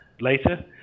later